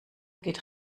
geht